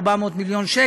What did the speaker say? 1.4 מיליארד,